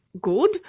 good